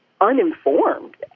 uninformed